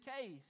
case